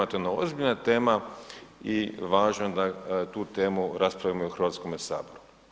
To je jedna ozbiljna tema i važno je da tu temu raspravimo i u Hrvatskom saboru.